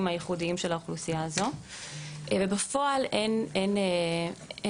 הייחודיים של האוכלוסייה הזו ובפועל אין מענה.